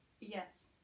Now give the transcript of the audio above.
Yes